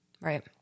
Right